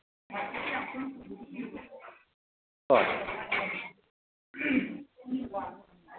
ꯍꯣꯏ